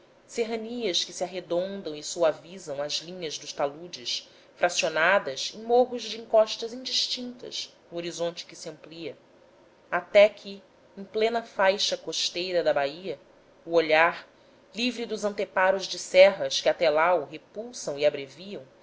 serranias que se arredondam e suavizam as linhas dos taludes fracionadas em morros de encostas indistintas no horizonte que se amplia até que em plena faixa costeira da bahia o olhar livre dos anteparos de serras que até lá o repulsam e abreviam